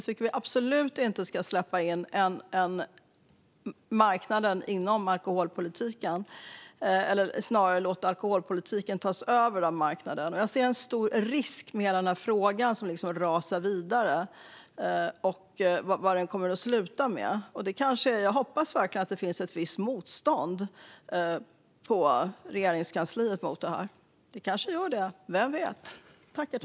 Vi ska absolut inte släppa in marknaden i alkoholpolitiken, eller snarare inte låta alkoholpolitiken tas över av marknaden. Jag ser en stor risk med att denna fråga rasar vidare och hur det kommer att sluta. Jag hoppas verkligen att det finns ett visst motstånd i Regeringskansliet mot detta. Det kanske det gör - vem vet?